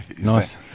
Nice